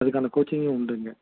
அதுக்கான கோச்சிங்கும் உண்டு இங்கே